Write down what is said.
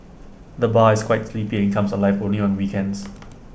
the bar is quite sleepy and comes alive only on weekends